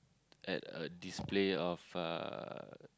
at a display of uh